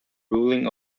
ruling